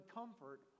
comfort